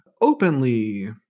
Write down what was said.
openly